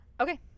okay